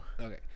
Okay